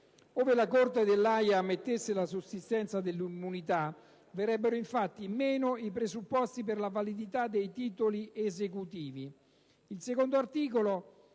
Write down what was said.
Ove la Corte dell'Aja ammettesse la sussistenza dell'immunità verrebbero infatti meno i presupposti per la validità dei titoli esecutivi.